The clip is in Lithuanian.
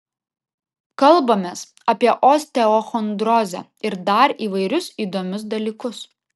kalbamės apie osteochondrozę ir dar įvairius įdomius dalykus